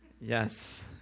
Yes